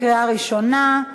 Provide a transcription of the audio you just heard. קריאה ראשונה.